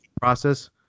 process